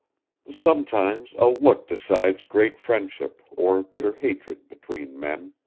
sometimes a look decides great friendship or bitter hatred between men.